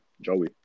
Joey